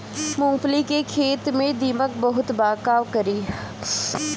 मूंगफली के खेत में दीमक बहुत बा का करी?